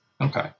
Okay